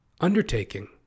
undertaking